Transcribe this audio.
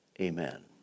amen